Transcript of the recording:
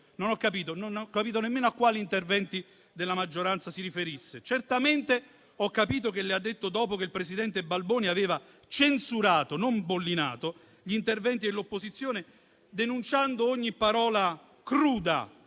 non ho capito nemmeno a quali interventi della maggioranza si riferisse. Certamente ho capito che lo ha detto dopo che il presidente Balboni aveva "censurato", non bollinato, gli interventi dell'opposizione, denunciando ogni parola cruda,